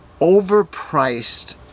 overpriced